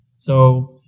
so.